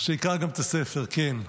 ----- שיקרא גם את הספר, כן.